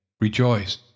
rejoice